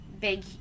big